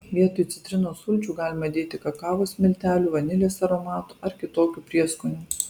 vietoj citrinos sulčių galima dėti kakavos miltelių vanilės aromato ar kitokių prieskonių